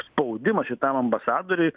spaudimą šitam ambasadoriui